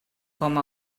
com